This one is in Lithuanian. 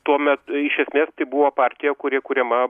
tuomet iš esmės tai buvo partija kuri kuriama